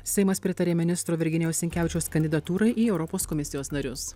seimas pritarė ministro virginijaus sinkevičiaus kandidatūrai į europos komisijos narius